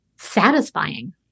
satisfying